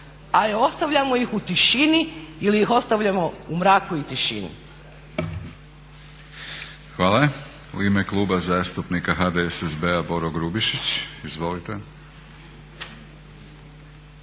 A ostavljamo ih u tišini ili ih ostavljamo u mraku i tišini. **Batinić, Milorad (HNS)** Hvala. U ime Kluba zastupnika HDSSB-a Boro Grubišić, izvolite.